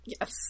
Yes